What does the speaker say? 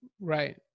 Right